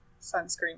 sunscreen